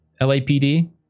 LAPD